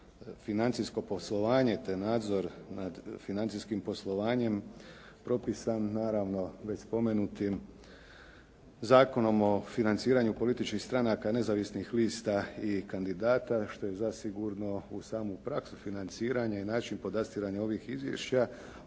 financijsko poslovanje, te nadzor nad financijskim poslovanjem propisan naravno već spomenutim Zakonom o financiranju političkih stranaka nezavisnih lista i kandidata što je zasigurno u samu praksu financiranja i način podastiranja ovih izvješća,